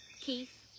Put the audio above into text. Keith